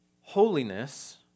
Holiness